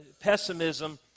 pessimism